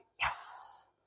Yes